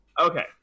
Okay